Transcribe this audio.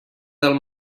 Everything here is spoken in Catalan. del